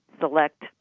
select